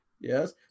Yes